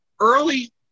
early